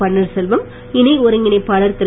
பன்னீர்செல்வம் இணை ஒருங்கிணைப்பாளர் திரு